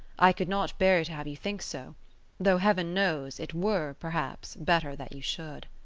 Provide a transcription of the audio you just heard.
i could not bear to have you think so though, heaven knows, it were, perhaps, better that you should